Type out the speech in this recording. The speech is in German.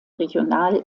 regional